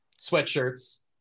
sweatshirts